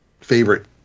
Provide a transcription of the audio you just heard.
favorite